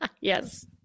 Yes